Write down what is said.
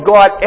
God